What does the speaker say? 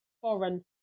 foreign